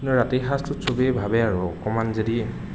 কিন্তু ৰাতিৰ সাঁজটোত চবেই ভাৱে আৰু অকণমান যদি